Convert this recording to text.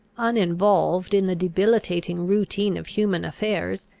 uninvolved in the debilitating routine of human affairs,